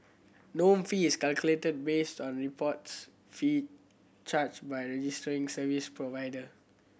norm fee is calculated based on the reports fee charged by registering service provider